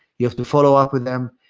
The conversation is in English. you have to follow up with them.